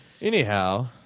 Anyhow